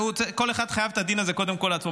כל אחד חייב את הדין הזה קודם כול לעצמו,